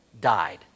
died